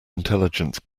intelligence